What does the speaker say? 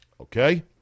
Okay